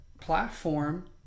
platform